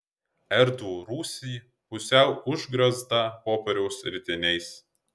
erdvų rūsį pusiau užgrioztą popieriaus ritiniais